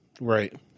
Right